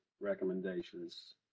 recommendations